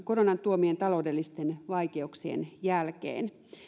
koronan tuomien taloudellisten vaikeuksien jälkeen